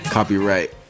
Copyright